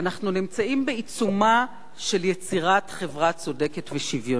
אנחנו נמצאים בעיצומה של יצירת חברה צודקת ושוויונית.